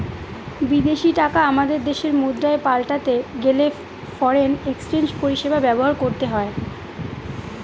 বিদেশী টাকা আমাদের দেশের মুদ্রায় পাল্টাতে গেলে ফরেন এক্সচেঞ্জ পরিষেবা ব্যবহার করতে হয়